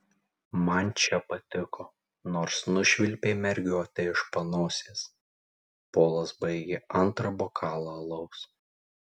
man čia patiko nors nušvilpei mergiotę iš panosės polas baigė antrą bokalą alaus